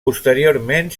posteriorment